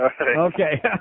Okay